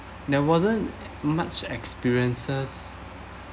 there wasn't much experiences